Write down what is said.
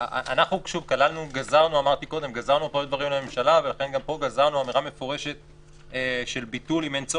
אבל עדיין, מלכתחילה